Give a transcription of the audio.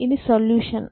ఇది సొల్యూషన్